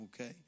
Okay